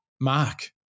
Mark